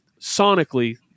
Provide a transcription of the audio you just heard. sonically